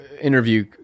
interview